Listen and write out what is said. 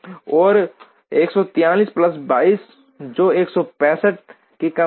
और 143 प्लस 22 जो 165 की कमी है